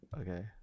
Okay